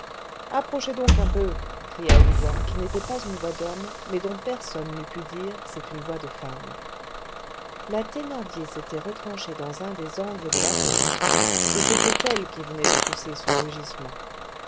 approchez donc un peu cria une voix qui n'était pas une voix d'homme mais dont personne n'eût pu dire c'est une voix de femme la thénardier s'était retranchée dans un des angles de la fenêtre et c'était elle qui venait de pousser ce rugissement